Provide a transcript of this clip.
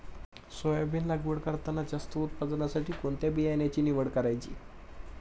Soybean लागवड करताना जास्त उत्पादनासाठी कोणत्या बियाण्याची निवड करायची?